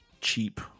cheap